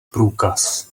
průkaz